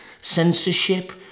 censorship